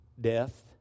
death